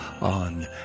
on